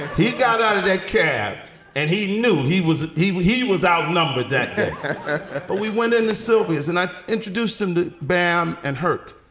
he got out of that cab and he knew he was he he was outnumbered that but we went into sylvia's and i introduced him to bam and hurt.